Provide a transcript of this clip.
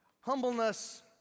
Humbleness